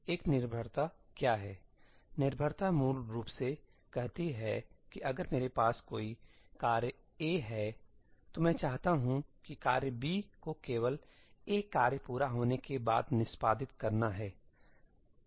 एक निर्भरता क्या है निर्भरता मूल रूप से कहती है कि अगर मेरे पास कोई कार्य A है तो मैं चाहता हूं कि कार्य B को केवल A कार्य पूरा होने के बाद निष्पादित करना है